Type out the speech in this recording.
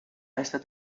estat